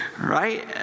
right